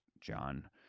John